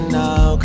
now